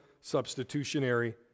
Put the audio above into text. substitutionary